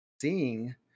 seeing